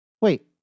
Wait